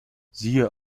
siehe